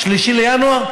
3 בינואר.